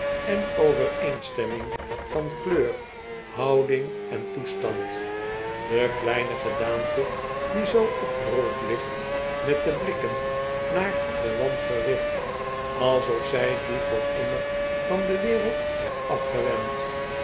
en overeenstemming van kleur houding en toestand de kleine gedaante die zoo opgerold ligt met de blikken naar den wand gericht alsof zij die voor immer van de wereld heeft afgewend